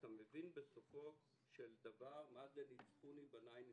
ואתה מבין מה זה ניצחוני בניי ניצחוני.